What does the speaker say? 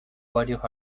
varios